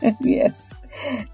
yes